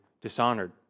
dishonored